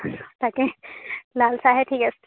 তাকে লালচাহে ঠিক আছে